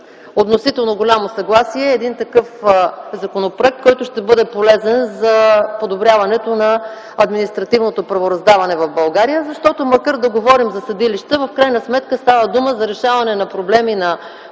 относително голямо съгласие един такъв законопроект, който ще бъде полезен за подобряването на административното правораздаване в България. Защото, макар да говорим за съдилища, в крайна сметка става дума за решаване на проблеми на